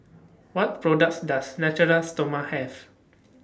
What products Does Natura Stoma Have